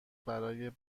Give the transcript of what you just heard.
برای